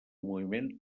moviment